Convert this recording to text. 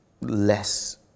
less